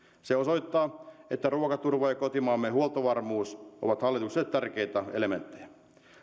se osoittaa että ruokaturva ja kotimaamme huoltovarmuus ovat hallitukselle tärkeitä elementtejä